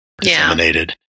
disseminated